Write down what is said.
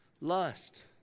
lust